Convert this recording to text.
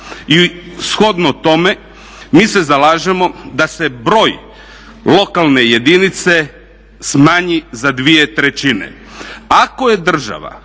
I shodno tome mi se zalažemo da se broj lokalne jedinice smanji za 2/3. Ako je